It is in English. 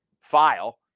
file